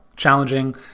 challenging